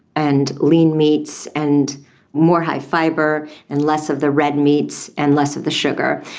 and lean meats and more high-fibre and less of the red meats and less of the sugar,